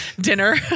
dinner